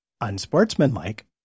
unsportsmanlike